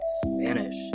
Spanish